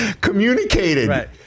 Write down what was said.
communicated